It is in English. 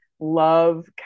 love